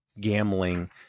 gambling